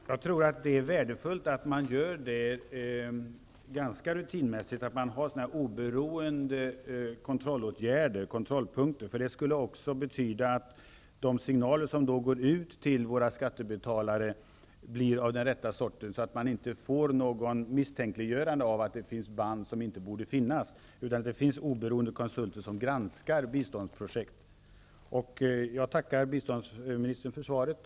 Herr talman! Jag tror att det är värdefullt att man ganska så rutinmässigt har oberoende kontrollpunkter. Det skulle också betyda att de signaler som går ut till våra skattebetalare blir av den rätta sorten, så att inte misstanken uppstår att det finns band som inte borde finnas. Det skall finnas oberoende konsulter som granskar biståndsprojekt. Jag tackar biståndsministern för svaret.